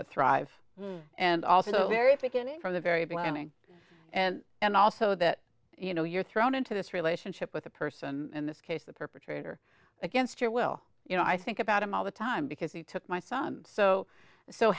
but thrive and also very beginning from the very beginning and and also that you know you're thrown into this relationship with a person in this case the perpetrator against your will you know i think about him all the time because he took my son so so